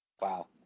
wow